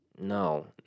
No